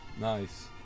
Nice